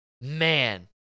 man